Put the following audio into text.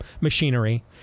machinery